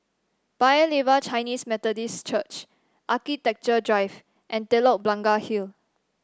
Paya Lebar Chinese Methodist Church Architecture Drive and Telok Blangah Hill